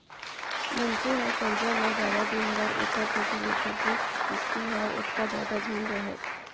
मनसे ह करजा ल जादा दिन बर एकरे सेती लेथे के किस्ती ह ओतका जादा झन रहय